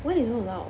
why they don't allow